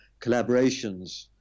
collaborations